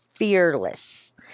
fearless